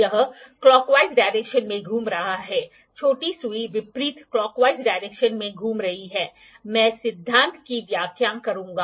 यह clockwise direction में घूम रहा है छोटी सुई विपरीत क्लाकवाइज डायरेक्शन में घूम रही है मैं सिद्धांत की व्याख्या करूंगा